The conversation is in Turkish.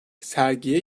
sergi